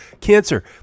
Cancer